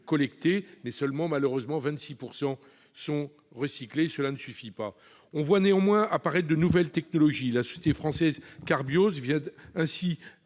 collectés mais seulement malheureusement 26 pourcent sont recyclés, cela ne suffit pas, on voit néanmoins apparaître de nouvelles technologies la société française car bio vient ainsi